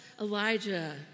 Elijah